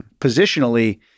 positionally